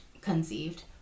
conceived